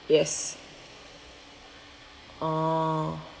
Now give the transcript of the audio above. yes oh